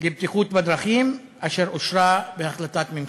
לבטיחות בדרכים, אשר אושרה בהחלטת ממשלה.